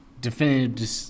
definitive